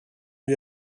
lui